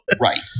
Right